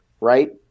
right